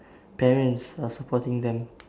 parents are supporting them